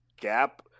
gap